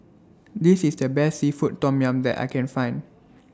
This IS The Best Seafood Tom Yum that I Can Find